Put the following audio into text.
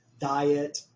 diet